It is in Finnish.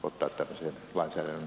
ota toki on selvää